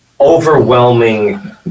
overwhelming